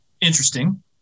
interesting